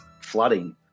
flooding